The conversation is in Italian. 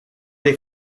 dei